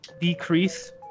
decrease